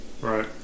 right